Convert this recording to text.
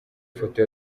foto